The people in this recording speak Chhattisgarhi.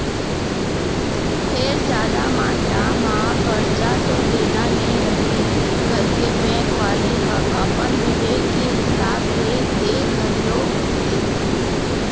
फेर जादा मातरा म करजा तो देना नइ रहय करके बेंक वाले ह अपन बिबेक के हिसाब ले दे घलोक देथे